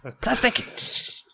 Plastic